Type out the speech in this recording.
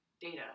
data